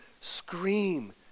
scream